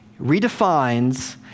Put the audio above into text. redefines